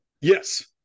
Yes